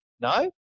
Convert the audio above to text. No